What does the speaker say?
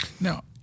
Now